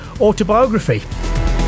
autobiography